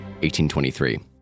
1823